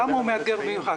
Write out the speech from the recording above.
למה התקציב מאתגר במיוחד.